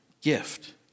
gift